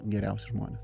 geriausi žmonės